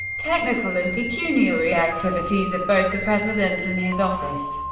technical and pecuniary activities of both the president and his office.